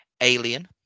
Alien